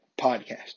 podcast